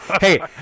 Hey